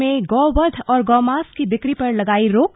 में गौवध और गौमांस की बिक्री पर लगाई रोक